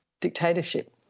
dictatorship